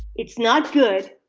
it's not good,